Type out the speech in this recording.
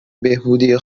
بهبودی